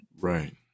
Right